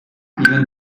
even